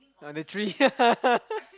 on the tree